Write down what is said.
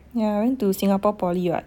yeah I went to Singapore poly [what]